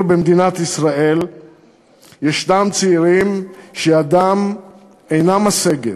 במדינת ישראל ישנם צעירים שידם אינה משגת.